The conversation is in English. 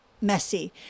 messy